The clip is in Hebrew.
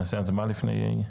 נעשה הצבעה לפני?